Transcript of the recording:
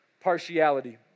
partiality